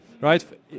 right